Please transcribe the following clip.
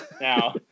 now